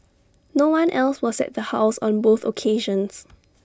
no one else was at the house on both occasions